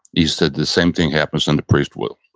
he said, the same thing happens in the priest world.